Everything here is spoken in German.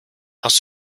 aus